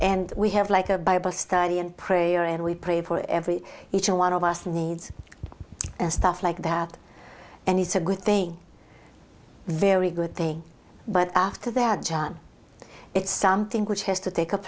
and we have like a bible study and prayer and we pray for every each one of us needs and stuff like that and it's a good thing very good thing but after there john it's something which has to take